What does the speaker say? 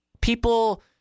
people